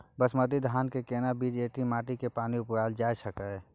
बासमती धान के केना बीज एहि माटी आ पानी मे उगायल जा सकै छै?